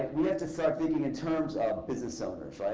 we have to start thinking in terms of business. ah